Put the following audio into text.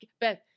Beth